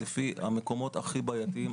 לפי המקומות הכי בעייתיים,